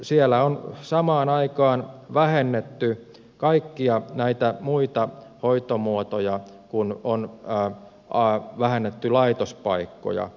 siellä on samaan aikaan vähennetty kaikkia näitä muita hoitomuotoja kun on vähennetty laitospaikkoja